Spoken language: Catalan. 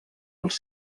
als